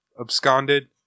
absconded